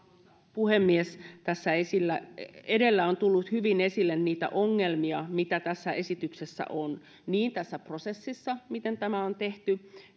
puhemies tässä edellä on tullut hyvin esille niitä ongelmia mitä tässä esityksessä on niin tässä prosessissa miten tämä on tehty